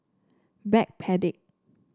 Backpedic